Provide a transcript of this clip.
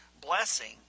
blessing